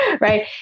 Right